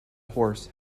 horse